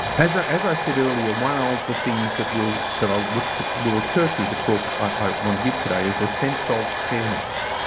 as ah as i said earlier one of the things that will, that um will recur through the talk i want to give today is a sense of fairness.